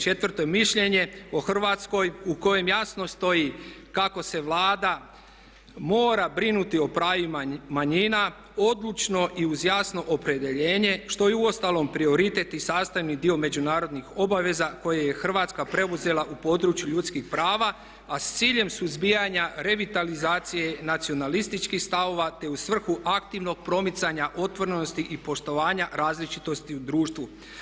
Četvrto mišljenje o Hrvatskoj u kojem jasno stoji kako se Vlada mora brinuti o pravima manjina odlučno i uz jasno opredjeljenje što je i uostalom i prioritet i sastavni dio međunarodnih obaveza koje je Hrvatska preuzela u području ljudskih prava a s ciljem suzbijana revitalizacije nacionalističkih stavova te u svrhu aktivnog promicanja otvrdnosti i poštovanja različitosti u društvu.